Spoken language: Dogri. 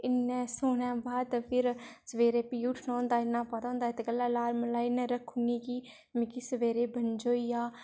इ'न्नै सोने बाद फिर सवेरे प्ही उट्ठना होंदा इ'न्ना पता होंदा इत्त गल्लै अलार्म लाइयै रक्खी ओड़नी कि मिगी सवेरे बंझोई जा